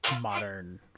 modern